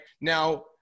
Now